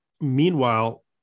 Meanwhile